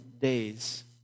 days